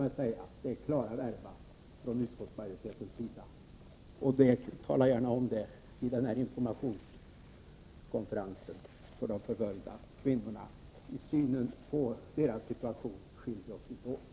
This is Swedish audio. Det är alltså klara verba från utskottsmajoriteten. Tala gärna om det vid den nämnda informationskonferensen för förföljda kvinnor. I fråga om deras situation har vi inga skiljaktiga uppfattningar.